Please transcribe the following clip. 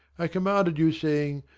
i commanded you, saying,